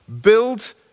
build